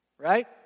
Right